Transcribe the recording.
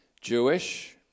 Jewish